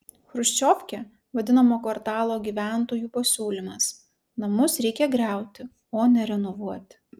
chruščiovke vadinamo kvartalo gyventojų pasiūlymas namus reikia griauti o ne renovuoti